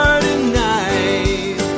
tonight